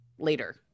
later